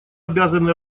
обязаны